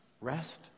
rest